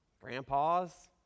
grandpas